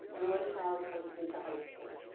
and one child at costa mesa high school.